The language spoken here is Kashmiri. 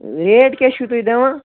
ریٹ کیٛاہ چھُو تُہۍ دِوان